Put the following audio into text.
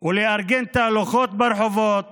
ולארגן תהלוכות ברחובות